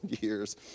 years